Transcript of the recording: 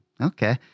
Okay